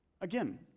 Again